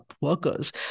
workers